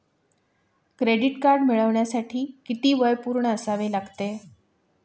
Credit card मिळवण्यासाठी किती वय पूर्ण असावे लागते?